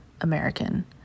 American